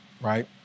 right